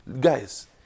guys